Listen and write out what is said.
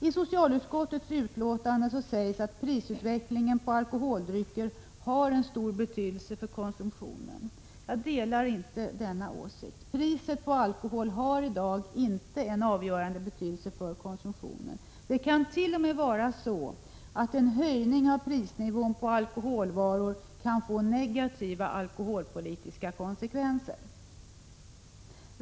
I socialutskottets betänkande sägs att utvecklingen av priset på alkoholdrycker har en stor betydelse för konsumtionen. Jag delar inte denna åsikt. Priset på alkohol har i dag inte en avgörande betydelse för konsumtionen. Det kan t.o.m. vara så att en höjning av prisnivån på alkoholvaror får negativa alkoholpolitiska konsekvenser.